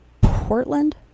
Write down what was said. Portland